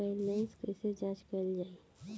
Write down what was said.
Balance कइसे जांच कइल जाइ?